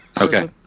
Okay